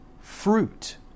fruit